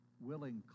willing